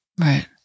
Right